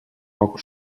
poc